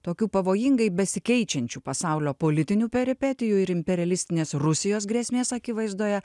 tokių pavojingai besikeičiančių pasaulio politinių peripetijų ir imperialistinės rusijos grėsmės akivaizdoje